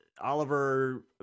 Oliver